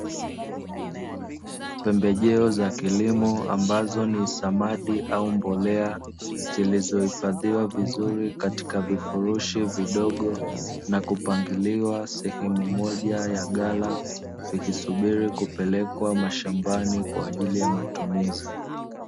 Pembejeo za kilimo ambazo ni samadi au mbolea zilizohifadhiwa vizuri katika vifurushi vidogo na kupangiliwa sehemu moja ya ghala, vikisuburi kupelekwa mashambani kwa ajili ya matumizi.